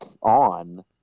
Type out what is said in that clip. on